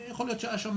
יכול להיות שיש שם